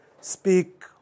speak